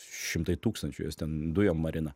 šimtai tūkstančių jos ten dujom marina